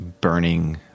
burning